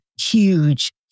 huge